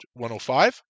105